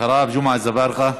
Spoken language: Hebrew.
אחריו, ג'מעה אזברגה.